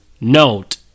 note